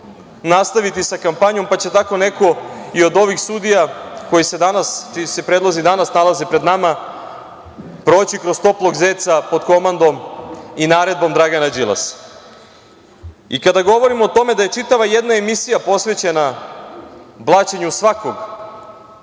nastaviti sa kampanjom, pa će tako neko i od ovih sudija, koji se danas, čiji se predlozi danas nalaze pred nama, proći kroz toplog zeca pod komandom i naredbom Dragana Đilasa. Kada govorimo o tome da je čitava jedna emisija posvećena blaćenju svakog